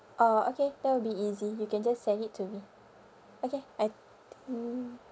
orh okay that will be easy you can just send it to me okay I think